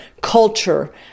culture